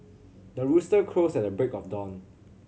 the rooster crows at the break of dawn